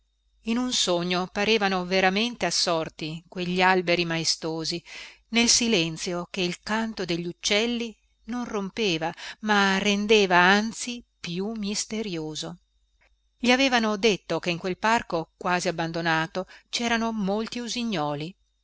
in un sogno parevano veramente assorti quegli alberi maestosi nel silenzio che il canto degli uccelli non rompeva ma rendeva anzi più misterioso gli avevano detto che in quel parco quasi abbandonato cerano molti usignoli